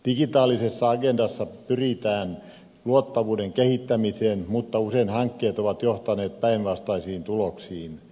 digitaalisessa agendassa pyritään tuottavuuden kehittämiseen mutta usein hankkeet ovat johtaneet päinvastaisiin tuloksiin